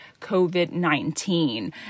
COVID-19